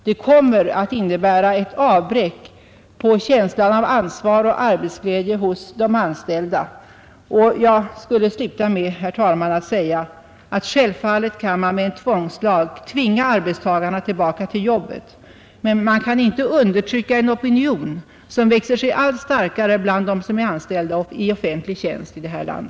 Det kommer att innebära ett avbräck i känslan av ansvar och arbetsglädje hos de anställda. Jag skulle vilja sluta med att säga att man självfallet med en tvångslag kan tvinga arbetstagarna tillbaka till jobbet, men man kan inte undertrycka en opinion som växer sig allt starkare bland dem som är anställda i offentlig tjänst i detta land.